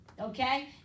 Okay